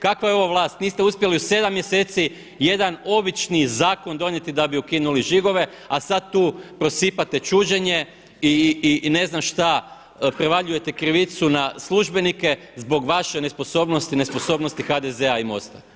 Kakva je ovo vlast? niste uspjeli u 7 mjeseci jedan obični zakon donijeti da bi ukinuli žigove, a sada tu prosipate čuđenje i ne znam šta i prevaljujete krivicu na službenike zbog vaše nesposobnosti i nesposobnosti HDZ-a i MOST-a.